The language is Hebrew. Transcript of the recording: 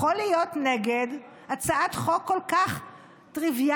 להיות נגד הצעת חוק כל כך טריוויאלית,